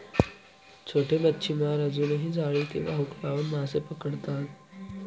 छोटे मच्छीमार अजूनही जाळी किंवा हुक लावून मासे पकडतात